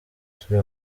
turi